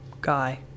guy